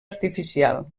artificial